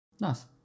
Nice